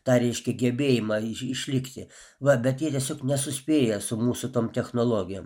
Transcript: tą reiškia gebėjimą iš išlikti va bet jie tiesiog nesuspėja su mūsų tom technologijom